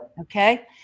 Okay